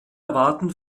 erwarten